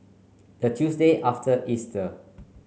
the Tuesday after Easter